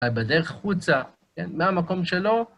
בדרך חוצה, מהמקום שלו.